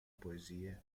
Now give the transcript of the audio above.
poesie